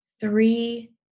three